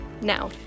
Now